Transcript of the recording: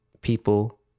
people